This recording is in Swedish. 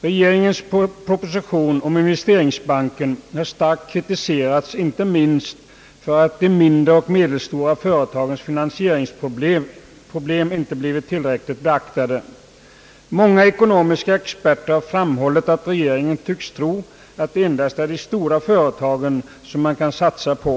Regeringens proposition om investeringsbanken har starkt kritiserats inte minst för att de mindre och medelstora företagens finansieringsproblem inte blivit tillräckligt beaktade. Många ekonomiska experter har framhållit att regeringen tycks tro, att det endast är de stora företagen som man kan satsa på.